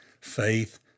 faith